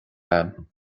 agam